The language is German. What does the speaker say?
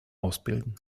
ausbilden